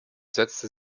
setzte